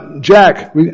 Jack